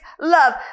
love